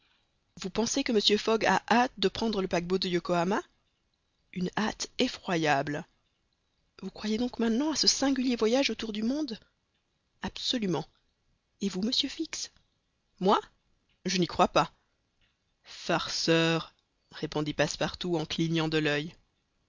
vous pensez que mr fogg a hâte de prendre le paquebot de yokohama une hâte effroyable vous croyez donc maintenant à ce singulier voyage autour du monde absolument et vous monsieur fix moi je n'y crois pas farceur répondit passepartout en clignant de l'oeil